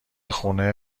خونه